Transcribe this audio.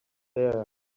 there